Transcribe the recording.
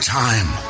time